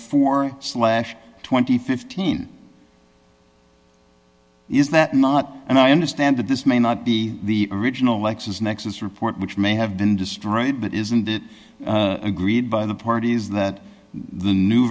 and fifteen is that not and i understand that this may not be the original lexis nexis report which may have been destroyed but isn't it agreed by the parties that the new